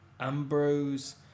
Ambrose